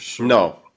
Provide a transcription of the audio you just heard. No